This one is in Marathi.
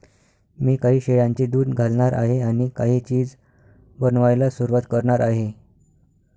मी काही शेळ्यांचे दूध घालणार आहे आणि काही चीज बनवायला सुरुवात करणार आहे